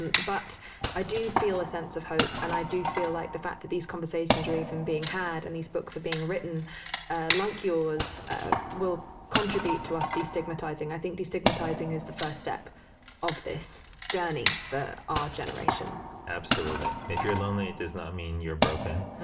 and but i do feel a sense of hope, and i do feel like the fact that these conversations are even being had and these books are being written ah like yours ah will contribute to us destigmatizing. i think destigmatizing is the first step of this journey for our generation absolutely. if you're lonely, it does not mean you're broken.